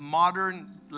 modern